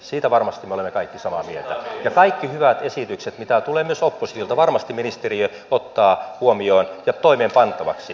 siitä varmasti me olemme kaikki samaa mieltä ja kaikki hyvät esitykset mitä tulee myös oppositiolta varmasti ministeriö ottaa huomioon ja toimeenpantavaksi